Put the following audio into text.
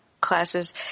classes